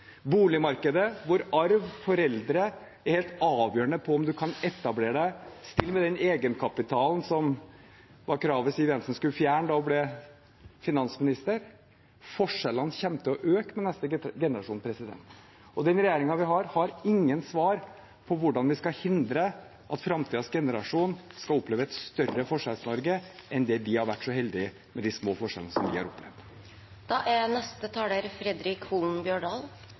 boligmarkedet, der arv og foreldre er helt avgjørende for om man kan etablere seg og stille med den egenkapitalen som var kravet Siv Jensen skulle fjerne da hun ble finansminister. Forskjellene kommer til å øke med neste generasjon, og den regjeringen vi har, har ingen svar på hvordan vi skal hindre at framtidens generasjon skal oppleve et større Forskjells-Norge enn det vi har vært så heldig med, med de små forskjellene som vi har opplevd. Representanten Fredric Holen Bjørdal